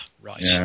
Right